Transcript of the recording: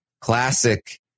classic